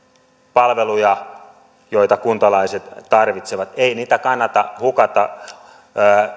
palveluja joita kuntalaiset tarvitsevat ei niitä kannata hukata